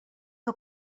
que